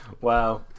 Wow